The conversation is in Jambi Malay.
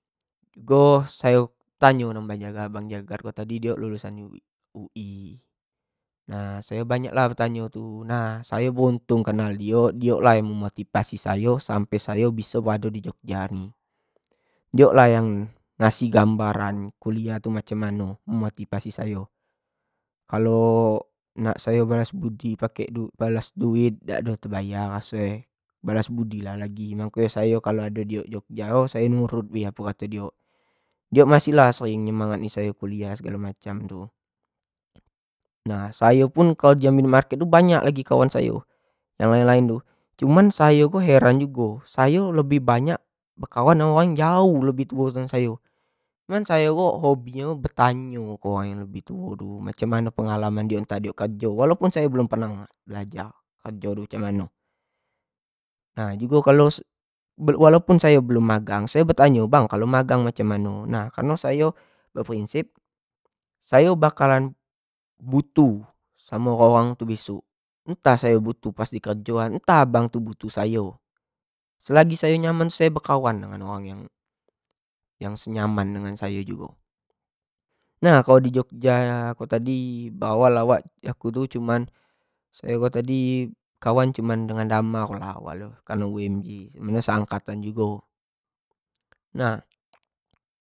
Jugo sayo tanyo ke abang jagar, abang jagar ni diok lulusan ui, nah sayo banyak lah betanyo tu, nah sayo beruntung kenal diok, diok lah yang motivasi sayo sampai sayo tibo di jogja ni, diok lah yang ngasih gambaranm kalau kuliah tu macam mano, diok lah yang motivasi sayo kalo nak balsa budi pakai duit balas duit dak terbayar raso e, balas budi lah lagi mako nyo ayo raso nyo e, makonyo kalo ado diok di jogka say nurut bae lah apo kato diok, diok masih lah nyemangati ayo kuliah segalo macam tu, sayo pun kalo di jambi night market tu banyak lagi kawan sayo, yang lain-lain tu, namun sayo ko heran jugo, sayo ko banyak bekawan dengan orang jauh leih tuo engan ayo, emang ayo ko hobi nyo bertnayo ko dengan yang lebih tuo tu macam mano pengalaman nyo kerjo, meskipun ayo belum pernah kerjo macam mano, nah jugo meskipun sayo belum magang nah sayo tanyo bang kalo magang tu macam mano, nah kareno sayo berprinsip kalo sayo bakalan butuh samo orang-orang tu besok, ntah butuh sayo orang tu besok, ntah orang tu yang butuh sayo, selamo sayo nyaman sayo bekawan samo orang yang senyaman samo sayo jugo, nah kalo di jogja ko tadi diawla sayo cuma kawan dengan damar ko tadi kareno imj dan seangkatan jugo. nah